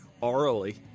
orally